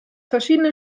verschiedene